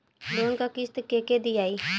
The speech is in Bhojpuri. लोन क किस्त के के दियाई?